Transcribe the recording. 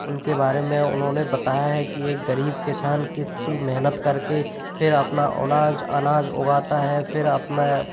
उनके बारे में उन्होने बताया है कि एक गरीब किसान कितनी मेहनत करके फिर अपना उनाज अनाज उगाता है फिर अपना